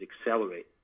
accelerate